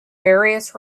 various